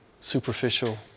superficial